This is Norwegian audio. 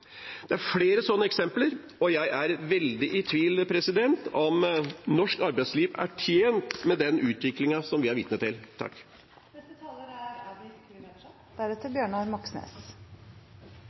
Det er flere sånne eksempler, og jeg er veldig i tvil om norsk arbeidsliv er tjent med den utviklingen som vi er vitne til.